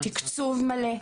תקצוב מלא,